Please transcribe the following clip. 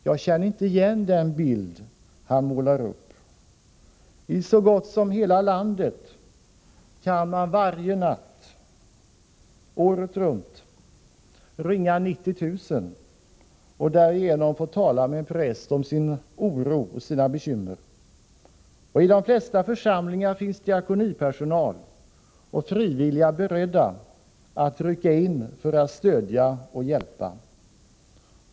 Jag känner inte igen den bild han målar upp. I så gott som hela landet kan man genom att ringa 90 000 när som helst, varje natt året runt, få tala med en präst om sin oro och sina bekymmer. I de flesta församlingar finns diakonipersonal och frivilliga, beredda att rycka in för att stödja och hjälpa.